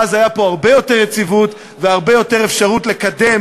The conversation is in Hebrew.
ואז היו פה הרבה יותר יציבות ואפשרות רבה יותר לקדם